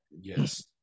yes